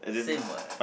same what